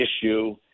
issue